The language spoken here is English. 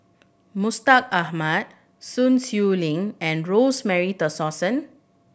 Mustaq Ahmad Sun Xueling and Rosemary Tessensohn